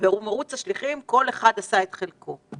ובמרוץ השליחים כל אחד עשה את חלקו.